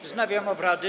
Wznawiam obrady.